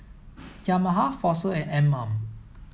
Yamaha Fossil and Anmum